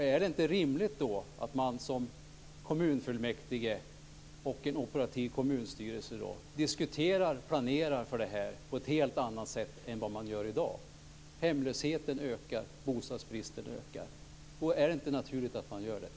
Är det då inte rimligt att kommunfullmäktige och operativ kommunstyrelse diskuterar och planerar för detta på ett helt annat sätt än vad man gör i dag? Hemlösheten ökar, och bostadsbristen ökar. Är det då inte naturligt att man gör detta?